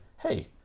hey